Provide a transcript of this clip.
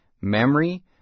memory